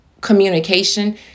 communication